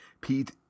Pete